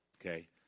okay